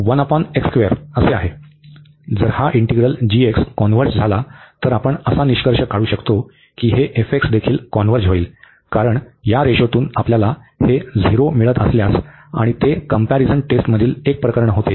जर हा integral converge झाला तर आपण असा निष्कर्ष काढू शकतो की f देखील कॉन्व्हर्ज होईल कारण या रेशोतून आपल्याला हे झिरो मिळत असल्यास आणि ते कंपॅरिझन टेस्टमधील एक प्रकरण होते